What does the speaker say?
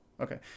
Okay